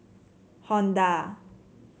honda